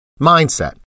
Mindset